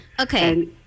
Okay